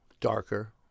darker